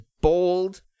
bold